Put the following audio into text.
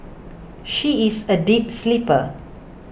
she is a deep sleeper